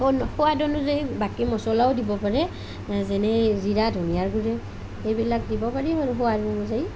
স সোৱাদ অনুযায়ী বাকী মছলাও দিব পাৰে যেনে জিৰা ধনিয়াৰ গুড়ি সেইবিলাক দিব পাৰি সোৱাদ অনুযায়ী